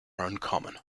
uncommon